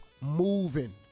moving